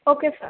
okay sir